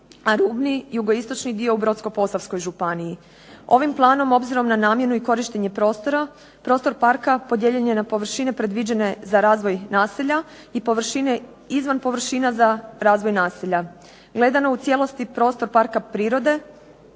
a rubni jugoistočni dio u Brodsko-posavskoj županiji. Ovim planom, obzirom na namjenu i korištenje prostora, prostor parka podijeljen je na površine predviđene za razvoj naselja i površine izvan površina za razvoj naselja. Gledano u cijelosti prostor parka prirode